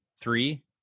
Three